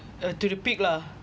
uh to the peak lah